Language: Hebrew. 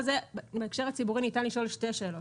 בהקשר הציבורי ניתן לשאול שתי שאלות.